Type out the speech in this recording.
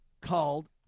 called